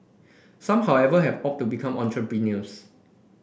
some however have opted to become entrepreneurs